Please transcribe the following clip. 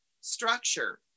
structure